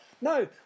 No